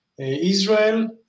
Israel